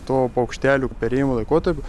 to paukštelių perėjimo laikotarpiu